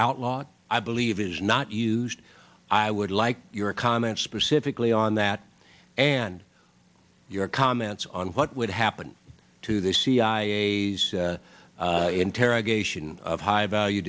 outlawed i believe is not used i would like your comment specifically on that and your comments on what would happened to the cia's interrogation of high value